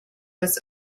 was